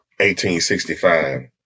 1865